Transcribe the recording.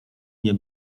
nie